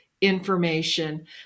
information